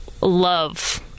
love